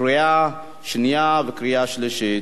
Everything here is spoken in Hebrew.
קריאה שנייה ולקריאה שלישית.